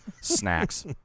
snacks